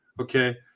okay